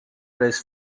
press